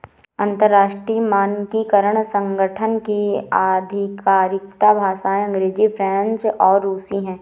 अंतर्राष्ट्रीय मानकीकरण संगठन की आधिकारिक भाषाएं अंग्रेजी फ्रेंच और रुसी हैं